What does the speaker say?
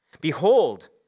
Behold